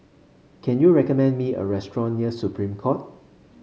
can you recommend me a restaurant near Supreme Court